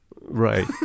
Right